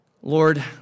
Lord